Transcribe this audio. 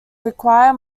require